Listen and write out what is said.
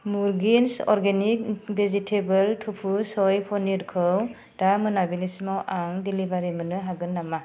मुरगिन्स organic vegetable tofu सय पनिर खौ दा मोनाबिलिसिमाव आं डेलिबारि मोननो हागोन नामा